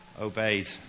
obeyed